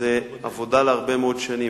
זאת עבודה להרבה מאוד שנים,